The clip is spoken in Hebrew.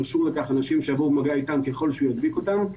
אנשים שיבואו במגע אתם ככל שהוא ידביק אותם,